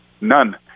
none